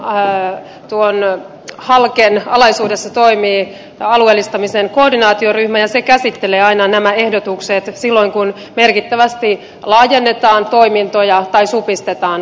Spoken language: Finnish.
näin ollen halken alaisuudessa toimii alueellistamisen koordinaatioryhmä ja se käsittelee aina nämä ehdotukset silloin kun merkittävästi laajennetaan toimintoja tai supistetaan toimintoja